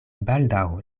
baldaŭ